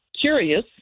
curious